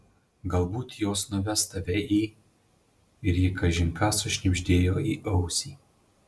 galbūt jos nuves tave į ir ji kažin ką sušnibždėjo į ausį